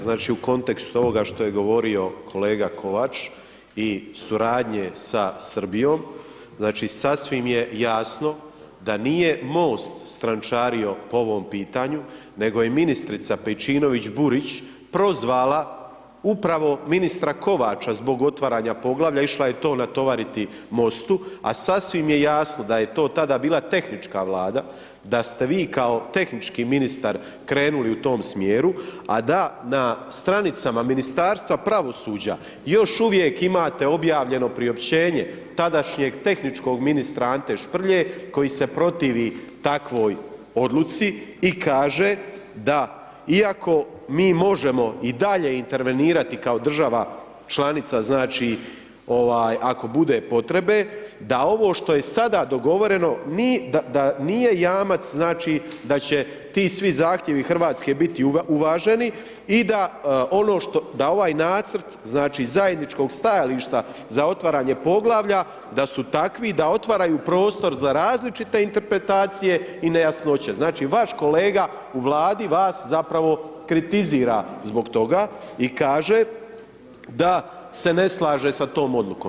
Znači u kontekstu ovoga što je govorio kolega Kovač i suradnje sa Srbijom, znači sasvim je jasno da nije MOST strančario po ovom pitanju nego je ministrica Pejčinović Burić prozvala upravo ministra Kovača zbog otvaranja poglavlja, išla je to natovariti MOST-u a sasvim je jasno da je to tada bila tehnička Vlada, da ste vi kao tehnički ministar krenuli u tom smjeru a da na stranicama Ministarstva pravosuđa još uvijek imate objavljenje priopćenje tadašnjeg tehničkog ministra Ante Šprlje koji se protivi takvoj odluci i kaže da iako mi možemo i dalje intervenirati kao država članica znači ako bude potrebe, da ovo što je sada dogovoreno, da nije jamac znači da će ti svi zahtjevi Hrvatske biti uvaženi i da ovaj nacrt znači zajedničkog stajališta za otvaranje poglavlja da su takvi da otvaraju prostor za različite interpretacije i nejasnoće, znači vaš kolega u Vladi vas zapravo kritizira zbog toga i kaže da se ne slaže sa tom odlukom.